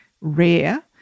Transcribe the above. rare